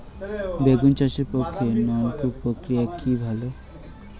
বেগুন চাষের পক্ষে নলকূপ প্রক্রিয়া কি ভালো?